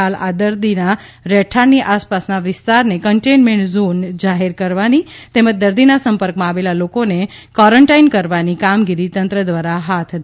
હાલ આ દર્દીના રહેઠાણની આસપાસના વિસ્તારને કંટેઇન્મેન્ટ ઝોન જાહેર કરવાની તેમજ દર્દીના સંપર્કમાં આવેલા લોકોને કોરેન્ટાઇન કરવાની કામગીરી તંત્ર દ્વારા હાથ ધરવામાં આવી છે